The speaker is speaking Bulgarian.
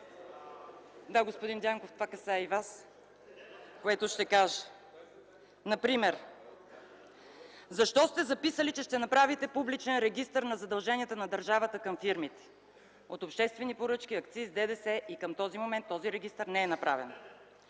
Да, господин Дянков, това, което ще кажа, касае и Вас. Например, защо сте записали, че ще направите публичен регистър на задълженията на държавата към фирмите от обществени поръчки, акциз, ДДС, а към този момент регистърът не е направен?